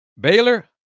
Baylor